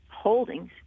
Holdings